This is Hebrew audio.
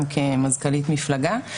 גם כמזכ"לית מפלגה,